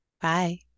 Bye